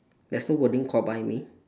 there's no wording called buy me